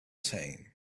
same